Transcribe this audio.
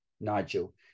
Nigel